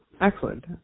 Excellent